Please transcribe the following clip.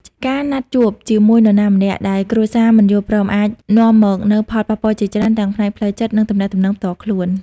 ការណាត់ជួបជាមួយនរណាម្នាក់ដែលគ្រួសារមិនយល់ព្រមអាចនាំមកនូវផលប៉ះពាល់ជាច្រើនទាំងផ្នែកផ្លូវចិត្ត និងទំនាក់ទំនងផ្ទាល់ខ្លួន។